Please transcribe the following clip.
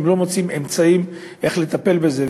אם לא מוצאים אמצעים לטפל בזה,